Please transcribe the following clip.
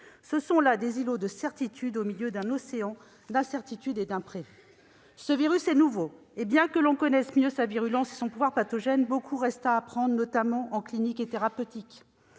de simples îlots de certitudes au milieu d'un océan d'incertitudes et d'imprévus. D'une part, ce virus est nouveau ; bien que l'on connaisse mieux sa virulence et son pouvoir pathogène, il reste beaucoup à apprendre, notamment en clinique et en thérapeutique.